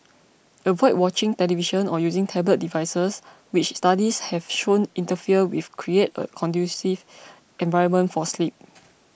avoid watching television or using tablet devices which studies have shown interfere with create a conducive environment for sleep